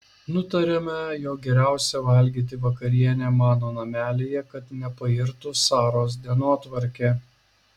nutariame jog geriausia valgyti vakarienę mano namelyje kad nepairtų saros dienotvarkė